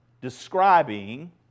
describing